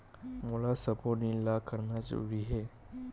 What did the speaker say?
मोला सबो ऋण ला करना जरूरी हे?